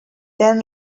then